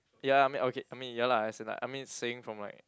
ya I mean okay I mean ya lah as in like I mean saying from my